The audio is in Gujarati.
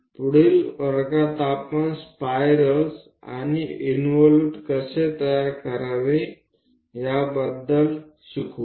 આગળના વર્ગમાં આપણે સ્પાઇરલ અને ઈન્વોલ્યુટ કઈ રીતે રચી શકાય છે તેના વિશે જાણીશું